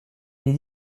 des